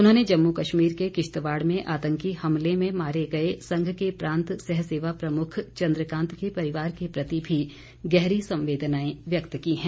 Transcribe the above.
उन्होंने जम्मू कश्मीर के किश्तवाड़ में आतंकी हमले में मारे गए संघ के प्रांत सहसेवा प्रमुख चंद्रकांत के परिवार के प्रति भी गहरी संवेदनाएं व्यक्त की हैं